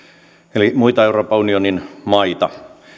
eli muita euroopan unionin maita